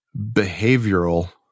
behavioral